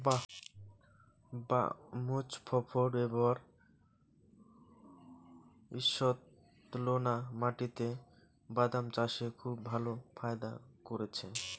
বাঃ মোজফ্ফর এবার ঈষৎলোনা মাটিতে বাদাম চাষে খুব ভালো ফায়দা করেছে